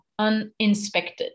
uninspected